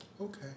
Okay